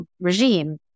regime